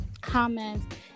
comments